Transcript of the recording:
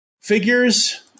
figures